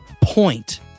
point